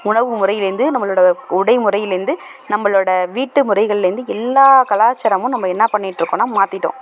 உணவு முறையிலேருந்து நம்மளோட உடை முறையிலேருந்து நம்மளோட வீட்டு முறைகள்லேருந்து எல்லா கலாச்சாரமும் நம்ம என்ன பண்ணிகிட்டு இருக்கோம்னா மாத்திவிட்டோம்